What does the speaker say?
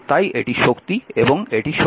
তাই এটা শক্তি এবং এটা সময়